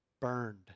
burned